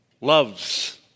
loves